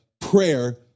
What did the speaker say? prayer